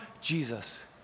Jesus